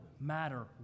matter